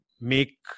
make